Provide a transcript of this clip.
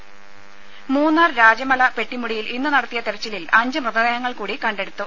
ദേദ മൂന്നാർ രാജമല പെട്ടിമുടിയിൽ ഇന്ന് നടത്തിയ തെരച്ചിലിൽ അഞ്ച് മൃതദേഹങ്ങൾ കൂടി കണ്ടെടുത്തു